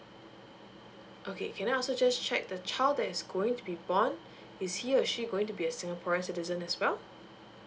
okay can I also just check the child is going to be born is he or she going to be a singaporean citizen as well